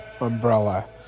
umbrella